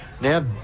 Now